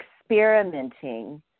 experimenting